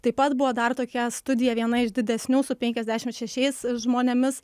taip pat buvo dar tokia studija viena iš didesnių su penkiasdešim šešiais žmonėmis